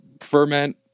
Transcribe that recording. ferment